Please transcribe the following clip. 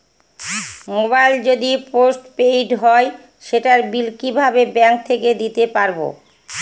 Mobile যদি postpaid হয় সেটার বিল কিভাবে ব্যাংক থেকে দিতে পারব?